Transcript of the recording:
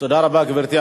תודה רבה, גברתי.